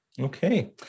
Okay